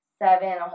seven